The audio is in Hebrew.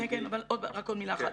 כן, כן, אבל רק עוד מילה אחת.